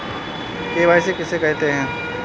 KYC किसे कहते हैं?